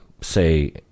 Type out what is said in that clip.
say